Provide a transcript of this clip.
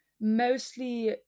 Mostly